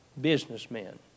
businessmen